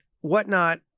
Whatnot